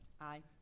Aye